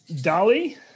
Dolly